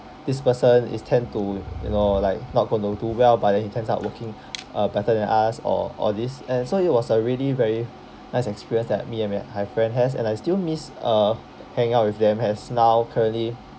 this person is tend to you know like not gonna too well but then he turns out working uh better than us or or this and so it was a really very nice experience that me and m~ my friend has and I still miss uh hang out with them as now currently